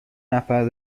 نفر